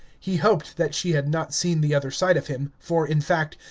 he hoped that she had not seen the other side of him, for, in fact,